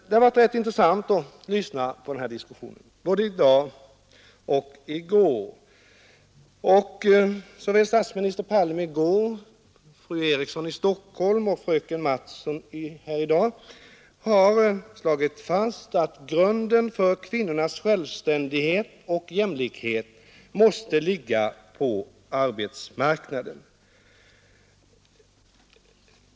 Det har varit intressant att lyssna på diskussionen i går och i dag. Såväl statsminister Palme som fru Eriksson i Stockholm i går och fröken Mattson här i dag har slagit fast att grunden för kvinnornas självständighet och jämlikhet måste ligga på arbetsmarknaden.